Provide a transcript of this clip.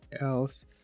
else